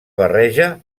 barreja